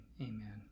Amen